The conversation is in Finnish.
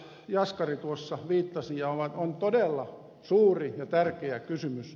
jaskari tuossa viittasi ja joka on todella suuri ja tärkeä kysymys